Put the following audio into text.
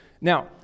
Now